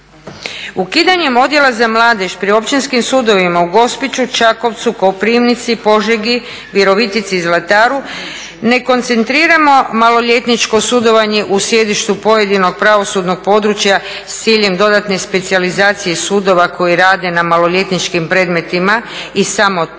Ukidanjem odjela za mladež pri općinskim sudovima u Gospiću, Čakovcu, Koprivnici, Požegi, Virovitici i Zlataru ne koncentriramo maloljetničko sudovanje u sjedištu pojedinog pravosudnog područja sa ciljem dodatne specijalizacije sudova koji rade na maloljetničkim predmetima i samo to